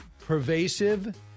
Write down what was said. pervasive